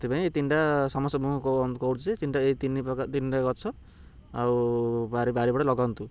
ସେଥିପାଇଁ ଏଇ ତିନିଟା ସମସ୍ତେ ମୁଁ କରୁଛି ତିନିଟା ଏଇ ତିନି ପ୍ରକାର ତିନିଟା ଗଛ ଆଉ ବାରି ବାରି ପଟେ ଲଗାନ୍ତୁ